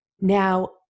Now